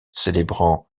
célébrant